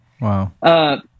Wow